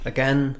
Again